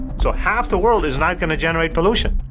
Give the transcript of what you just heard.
so half the world is not going to generate pollution.